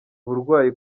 uburwayi